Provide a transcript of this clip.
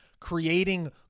creating